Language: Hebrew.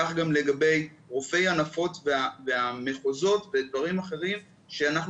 כך גם לגבי רופאי הנפות במחוזות ודברים אחרים שאנחנו